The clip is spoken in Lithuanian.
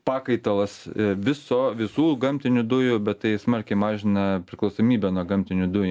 pakaitalas viso visų gamtinių dujų bet tai smarkiai mažina priklausomybę nuo gamtinių dujų